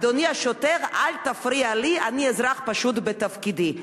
אדוני השוטר, אל תפריע לי, אני אזרח פשוט בתפקידי.